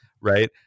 Right